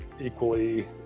equally